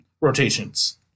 rotations